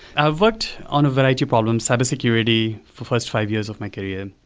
i've worked on a variety of problems, cyber security first five years of my career,